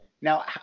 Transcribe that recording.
Now